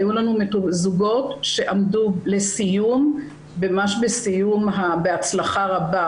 היו לנו זוגות שעמדו ממש בסיום בהצלחה רבה